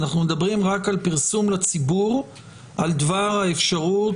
אנחנו מדברים רק על פרסום לציבור על דבר האפשרות